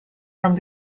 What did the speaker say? from